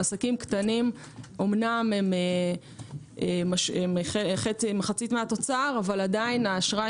עסקים קטנים אמנם הם מחצית מהתוצר אבל עדיין האשראי